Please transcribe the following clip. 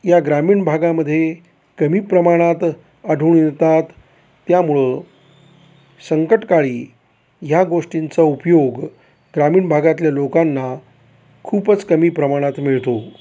या ग्रामीण भागामध्ये कमी प्रमाणात आढळून येतात त्यामुळं संकटकाळी ह्या गोष्टींचा उपयोग ग्रामीण भागातल्या लोकांना खूपच कमी प्रमाणात मिळतो